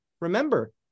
Remember